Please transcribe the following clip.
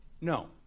No